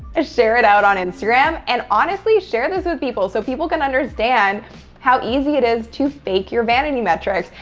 ah share it out on instagram. and honestly share this with people so people can understand how easy it is to fake your vanity metrics.